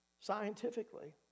scientifically